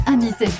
Amis